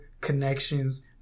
connections